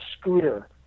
scooter